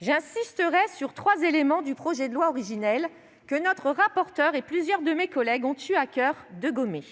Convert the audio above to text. J'insisterai sur trois éléments du projet de loi originel que notre rapporteur et plusieurs de mes collègues ont eu à coeur de gommer.